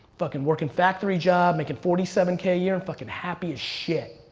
fucking working factory jobs, making forty seven k a year and fucking happy as shit.